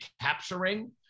capturing